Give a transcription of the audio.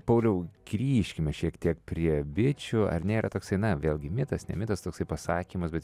pauliau grįžkime šiek tiek prie bičių ar nėra toksai na vėlgi mitas ne mitas toksai pasakymas bet ji